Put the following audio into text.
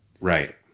Right